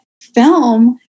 film